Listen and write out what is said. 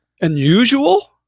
unusual